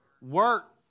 work